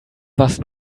was